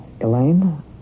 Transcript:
Elaine